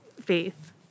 faith